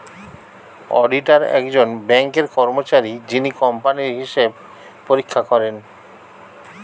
auditor একজন ব্যাঙ্কের কর্মচারী যিনি কোম্পানির হিসাব পরীক্ষা করেন